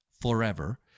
Forever